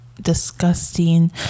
disgusting